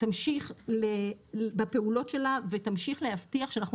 תמשיך בפעולות שלה ותמשיך להבטיח שאנחנו